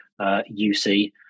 UC